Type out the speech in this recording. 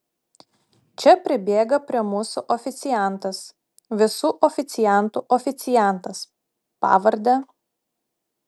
čia pribėga prie mūsų oficiantas visų oficiantų oficiantas pavarde